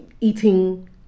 eating